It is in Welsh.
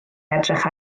edrych